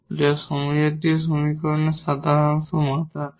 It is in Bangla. যা হোমোজিনিয়াস সমীকরণের সাধারণ সমাধান